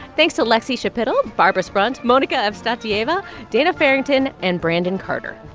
thanks to lexie schapitl, barbara sprunt, monika evstatieva, dana farrington and brandon carter.